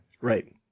Right